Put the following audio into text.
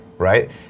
Right